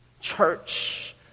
Church